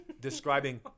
describing